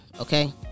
Okay